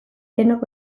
denok